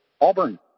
Auburn